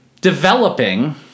developing